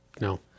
No